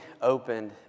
opened